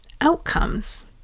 Outcomes